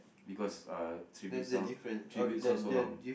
because uh tribute sound tribute sound so wrong